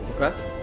Okay